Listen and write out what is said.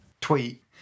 tweet